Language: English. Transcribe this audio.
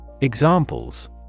Examples